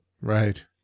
right